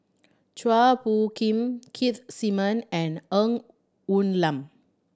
Chua Phung Kim Keith Simmon and Ng Woon Lam